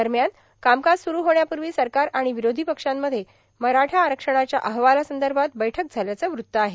दरम्यान कामकाज स्रु होण्यापूर्वी सरकार आणि विरोधी पक्षांमध्ये मराठा आरक्षणाच्या अहवालासंदर्भात बैठक झाल्याचं वृत्त आहे